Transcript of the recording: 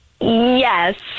Yes